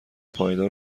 پایدار